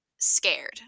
Scared